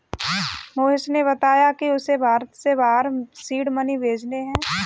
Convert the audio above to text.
मोहिश ने बताया कि उसे भारत से बाहर सीड मनी भेजने हैं